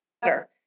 better